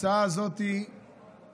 ההצעה הזאת הונחה